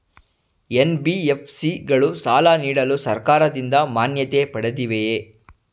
NBFC ಗಳು ಸಾಲ ನೀಡಲು ಸರ್ಕಾರದಿಂದ ಮಾನ್ಯತೆ ಪಡೆದಿವೆಯೇ?